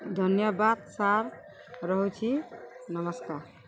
ଧନ୍ୟବାଦ ସାର୍ ରହୁଛି ନମସ୍କାର